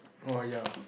orh ya